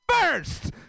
first